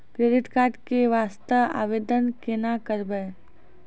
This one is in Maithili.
क्रेडिट कार्ड के वास्ते आवेदन केना करबै?